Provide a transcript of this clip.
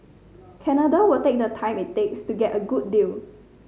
Canada will take the time it takes to get a good deal